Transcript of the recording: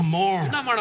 more